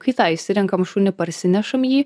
kai tą išsirenkam šunį parsinešam jį